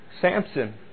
Samson